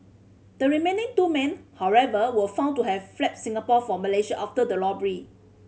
the remaining two men however were found to have fled Singapore for Malaysia after the robbery